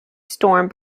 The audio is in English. storm